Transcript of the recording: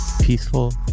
peaceful